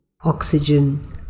oxygen